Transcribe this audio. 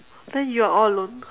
then you are all alone